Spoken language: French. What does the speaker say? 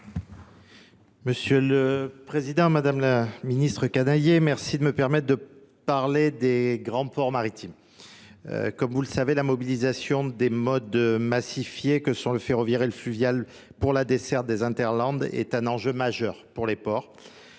Monsieur le Président, Madame la Ministre Canaillier, merci de me permettre de parler des grands ports maritimes. Comme vous le savez, la mobilisation des modes massifiés que sont le ferroviaire et le fluvial pour la desserte des Interland est un enjeu majeur pour les ports